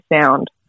sound